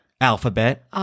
alphabet